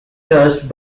touched